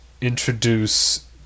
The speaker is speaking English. introduce